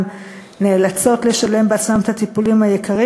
והן נאלצות לשלם בעצמן בעבור הטיפולים היקרים